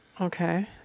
okay